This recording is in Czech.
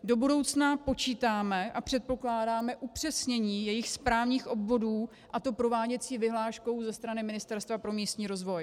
Do budoucna počítáme a předpokládáme upřesnění jejich správních obvodů, a to prováděcí vyhláškou ze strany Ministerstva pro místní rozvoj.